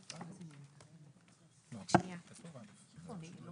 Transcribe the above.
במקום הסיפה החל במילים "תגמול כנצרך